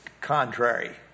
contrary